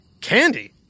Candy